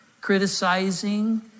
criticizing